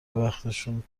وقتشون